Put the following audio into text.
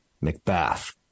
Macbeth